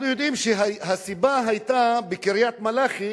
אנחנו יודעים שהסיבה בקריית-מלאכי